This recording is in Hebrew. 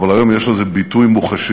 אבל היום יש לזה ביטוי מוחשי.